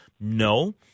No